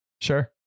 Sure